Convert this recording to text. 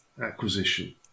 acquisition